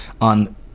on